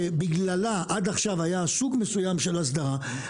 שבגללה עד עכשיו היה סוג מסוים של הסדרה,